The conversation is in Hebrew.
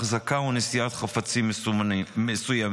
אחזקה ונשיאת חפצים מסוימים,